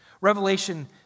Revelation